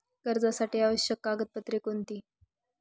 कर्जासाठी आवश्यक कागदपत्रे कोणती?